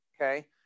Okay